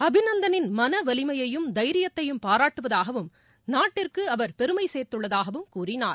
அபிநந்தனின் மனவலிமையையும் தைரியத்தையும் பாராட்டுவதாகவும் நாட்டிற்கு அவர் பெருமை சேர்த்துள்ளதாகவும் கூறினார்